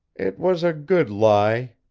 it was a good lie,